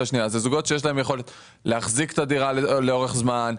השנייה; אלה זוגות שיש להם את היכולת להחזיק את הדירה לאורך זמן,